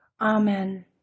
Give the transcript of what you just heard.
Amen